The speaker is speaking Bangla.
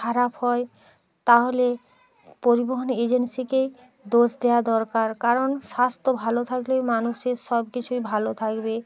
খারাপ হয় তাহলে পরিবহণ এজেন্সিকেই দোষ দেওয়া দরকার কারণ স্বাস্থ্য ভালো থাকলেই মানুষের সব কিছুই ভালো থাকবে